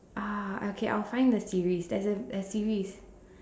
ah okay I'll find the series there's a a series